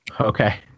Okay